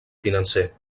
financer